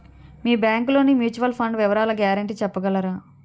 మీ bank లోని mutual fund వివరాల guarantee చెప్పగలరా?